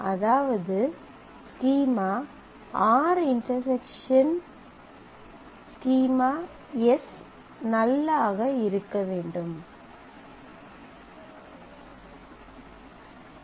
அதாவது schema R intersection schema S null ஆக இருக்க வேண்டும் R ∩ S Φ